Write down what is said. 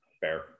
Fair